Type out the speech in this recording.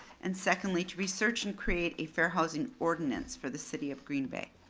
and secondly to research and create a fair housing ordinance for the city of green bay.